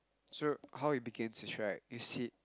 so how it begins is right you sit